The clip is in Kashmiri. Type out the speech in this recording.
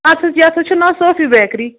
اَتھ حظ یَتھ حظ چھُ ناو صوفی بیکری